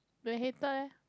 the hater leh